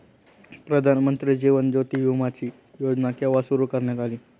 प्रधानमंत्री जीवन ज्योती विमाची योजना केव्हा सुरू करण्यात आली?